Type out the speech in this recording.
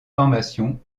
formations